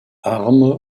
arme